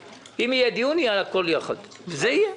אם יהיה דיון, יהיה על הכל יחד, וזה יהיה.